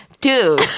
dude